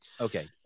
Okay